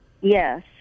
Yes